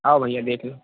हओ भैया देख लो